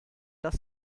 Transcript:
das